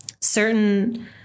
certain